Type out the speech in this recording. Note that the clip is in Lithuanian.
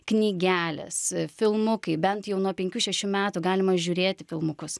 knygelės filmukai bent jau nuo penkių šešių metų galima žiūrėti filmukus